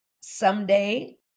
someday